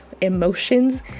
emotions